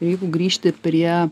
ir jeigu grįžti prie